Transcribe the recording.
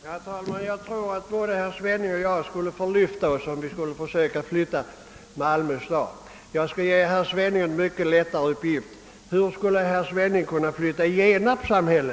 Herr talman! Jag tror att både herr Svenning och jag skulle förlyfta oss om vi skulle försöka flytta Malmö stad. Jag skall ge herr Svenning en mycket lättare uppgift. Hur skulle herr Svenning kunna flytta Genarps samhälle?